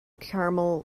carmel